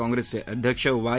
काँप्रेसचे अध्यक्ष वाय